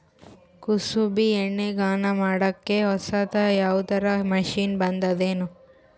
ಕುಸುಬಿ ಎಣ್ಣೆ ಗಾಣಾ ಮಾಡಕ್ಕೆ ಹೊಸಾದ ಯಾವುದರ ಮಷಿನ್ ಬಂದದೆನು?